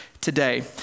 Today